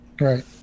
right